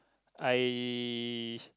I